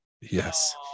yes